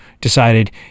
decided